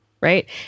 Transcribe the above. Right